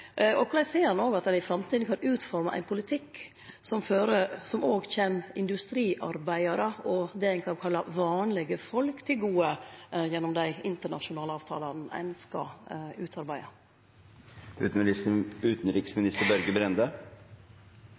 Og korleis ser han at ein i framtida kan utforme ein politikk som òg kjem industriarbeidarar og det ein kan kalle vanlege folk, til gode, gjennom dei internasjonale avtalane ein skal